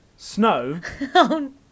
Snow